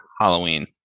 Halloween